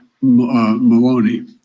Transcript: Maloney